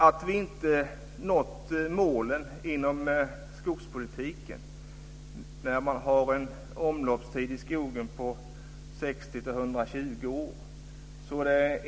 Att vi inte nått högt uppsatta mål inom skogspolitiken på tre år är inte förvånande när man har en omloppstid i skogen på 60-120 år.